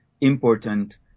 important